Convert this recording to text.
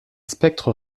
spectres